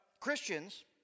Christians